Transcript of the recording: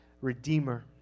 Redeemer